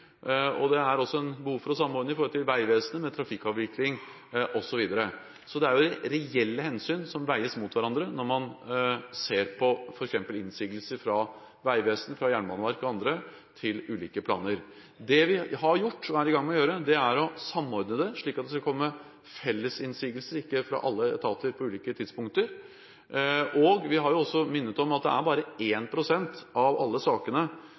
Det er også behov for å samordne når det gjelder Vegvesenet, med trafikkavvikling osv. Det er reelle hensyn som veies mot hverandre når man ser på f.eks. innsigelser fra Vegvesenet, fra Jernbaneverket og andre, til ulike planer. Det vi har gjort og er i gang med å gjøre, er å samordne det, slik at det skal komme fellesinnsigelser – ikke fra alle etater til ulike tidspunkter – og vi har også minnet om at det bare er 1 pst. av alle sakene